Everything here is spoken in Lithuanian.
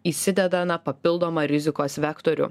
įsideda na papildomą rizikos vektorių